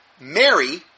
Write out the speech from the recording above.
Mary